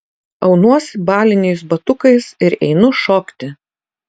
aunuosi baliniais batukais ir einu šokti